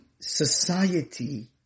society